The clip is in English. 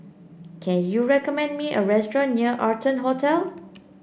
can you recommend me a restaurant near Arton Hotel